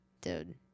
Dude